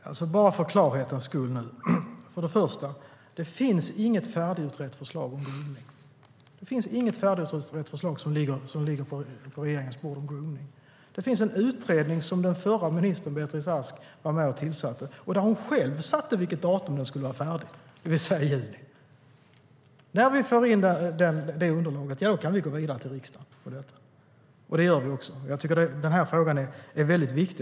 Herr talman! Jag vill för klarhetens skull säga följande. För det första: Det finns inget färdigutrett förslag om gromning som ligger på regeringens bord. Det finns en utredning som den förra ministern Beatrice Ask var med och tillsatte och där hon själv satte vilket datum den skulle vara färdig, det vill säga i juni. När vi får in det underlaget kan vi gå vidare till riksdagen. Det gör vi också. Jag tycker att frågan är väldigt viktig.